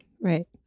Right